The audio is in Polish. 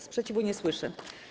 Sprzeciwu nie słyszę.